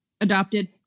Adopted